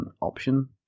option